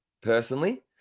personally